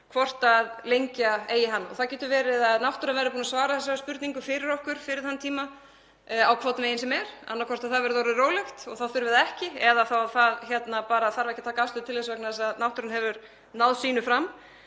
hvort lengja eigi hann. Það getur verið að náttúran verði búin að svara þessari spurningu fyrir okkur fyrir þann tíma á hvorn veginn sem er, annaðhvort að það verði orðið rólegt og þá þurfi það ekki eða þá að ekki þurfi að taka afstöðu til þess vegna þess að náttúran hefur náð sínu fram.